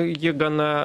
ji gana